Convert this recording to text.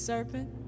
Serpent